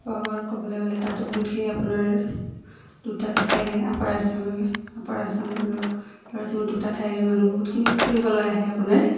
শিৱসাগৰ ক'বলৈ গ'লে তাতো বহুতখিনি আপোনাৰ দুটা ঠাইৰে আপাৰ আছাম আপাৰ আছাম আৰু ল'ৱাৰ আছামৰ দুটা ঠাইৰে মানুহ বহুতখিনি ফুৰিবলৈ আহে আপোনাৰ